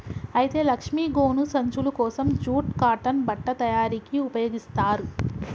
అయితే లక్ష్మీ గోను సంచులు కోసం జూట్ కాటన్ బట్ట తయారీకి ఉపయోగిస్తారు